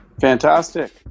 Fantastic